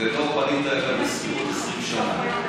פנית אליו 20 שנה,